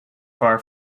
far